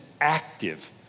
active